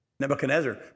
Nebuchadnezzar